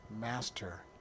Master